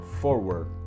forward